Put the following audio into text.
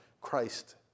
Christ